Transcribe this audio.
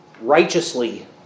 righteously